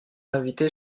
invitée